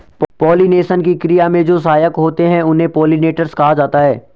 pollination की क्रिया में जो सहायक होते हैं उन्हें पोलिनेटर्स कहा जाता है